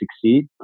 succeed